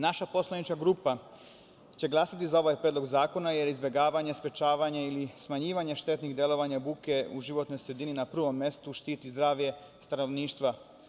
Naša poslanička grupa će glasati za ovaj predlog zakona jer izbegavanje, sprečavanje ili smanjivanje štetnog delovanja buke u životnoj sredini na prvom mestu štiti zdravlje stanovništva.